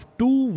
two